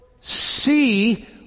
see